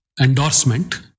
endorsement